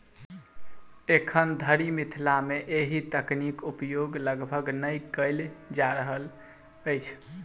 एखन धरि मिथिला मे एहि तकनीक उपयोग लगभग नै कयल जा रहल अछि